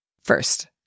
First